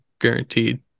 guaranteed